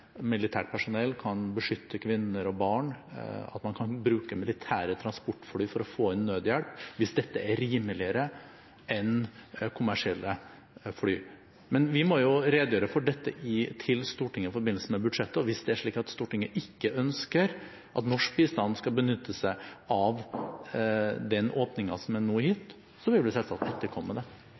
man kan bruke militære transportfly for å få inn nødhjelp hvis dette er rimeligere enn kommersielle fly. Men vi må redegjøre for dette overfor Stortinget i forbindelse med budsjettet, og hvis det er slik at Stortinget ikke ønsker at norsk bistand skal benytte seg av den åpningen som nå er gitt, vil vi selvsagt etterkomme det.